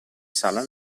sala